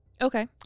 Okay